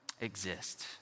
exist